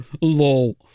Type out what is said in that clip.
LOL